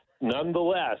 nonetheless